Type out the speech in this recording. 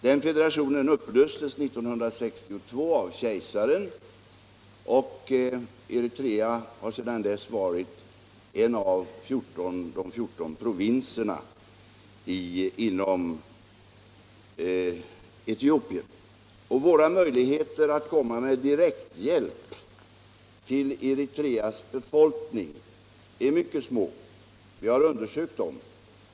Den federationen upplöstes 1962 av kejsaren, och Eritrea har sedan dess varit en av de 14 provinserna inom Etiopien. Våra möjligheter att komma med direkthjälp till Eritreas befolkning är mycket små. Vi har undersökt dem.